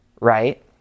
right